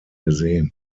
gesehen